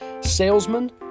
salesman